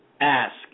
Ask